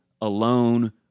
alone